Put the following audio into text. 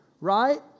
right